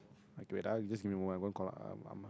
wait ah you just give me a moment I want call um ah ma